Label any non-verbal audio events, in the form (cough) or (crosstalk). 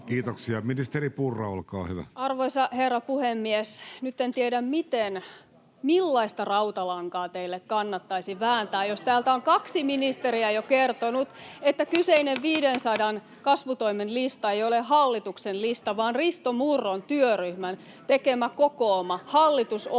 Kiitoksia. — Ministeri Purra, olkaa hyvä. Arvoisa herra puhemies! Nyt en tiedä, millaista rautalankaa teille kannattaisi vääntää, jos täältä on kaksi ministeriä jo kertonut, (noise) että kyseinen 500 kasvutoimen lista ei ole hallituksen lista vaan Risto Murron työryhmän tekemä kokooma hallitusohjelmassa